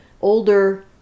older